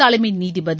தலைமை நீதிபதி